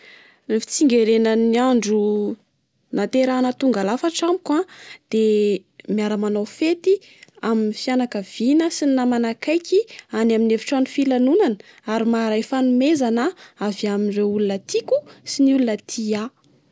Ireo fitsingerenan'ny andronahaterahana tonga lafatra amiko a, de miara manao fety amin'ny fianakavina sy ny namana akaiky any amin'ny efitrano filanonana ary maharay fanomezana avy amin'ireo olona taiko sy ny olona tia ahy.